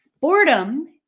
Boredom